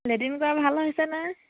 Latin কৰা ভাল হৈছেনে